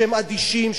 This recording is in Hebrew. שהם אדישים,